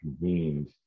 convened